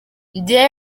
njye